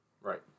Right